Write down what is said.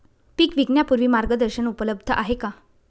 पीक विकण्यापूर्वी मार्गदर्शन उपलब्ध आहे का?